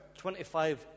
25